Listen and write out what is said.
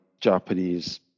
Japanese